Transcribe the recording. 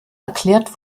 erklärt